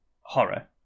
horror